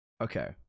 Okay